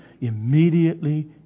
immediately